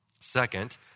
Second